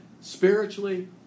spiritually